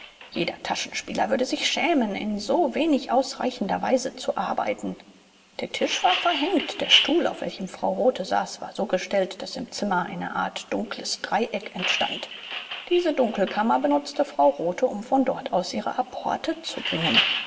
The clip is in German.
jeder taschenspieler würde sich schämen in so wenig ausreichender weise zu arbeiten der tisch war verhängt der stuhl auf welchem frau rothe saß war so gestellt daß im zimmer eine art dunkles dreieck entstand diese dunkelkammer benutzte frau rothe um von dort aus ihre apporte zu bringen